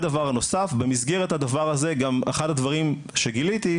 במסגרת הדבר הזה אחד הדברים שגיליתי,